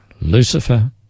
Lucifer